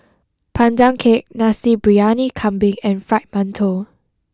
Pandan Cake Nasi Briyani Kambing and Fried Mantou